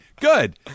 Good